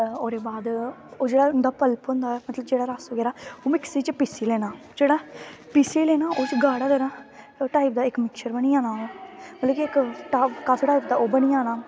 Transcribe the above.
ओह् जेह्ड़ा उंदा कल्प होंदा मतलव रस बगैरा ओह् मिक्सी पी प्हीसी लैना जेह्ड़ा पीसी लैना गाह्ड़ा करना टाईप दा मिक्सचर बनी जाना मतलव इक कप एकड़ा बनी जाना